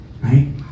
Right